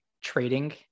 trading